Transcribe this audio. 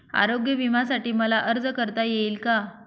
आरोग्य विम्यासाठी मला अर्ज करता येईल का?